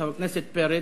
חבר הכנסת פרץ,